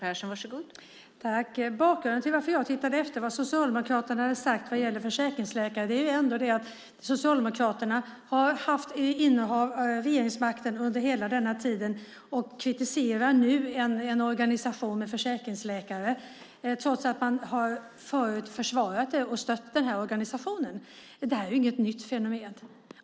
Fru talman! Bakgrund till varför jag tittade efter vad Socialdemokraterna hade sagt om försäkringsläkare är att Socialdemokraterna har innehavt regeringsmakten under hela denna tid. Nu kritiserar de en organisation med försäkringsläkare trots att de förut har försvarat och stött organisationen. Det är inget nytt fenomen.